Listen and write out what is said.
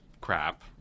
crap